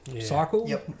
cycle